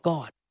God